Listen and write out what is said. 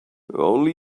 only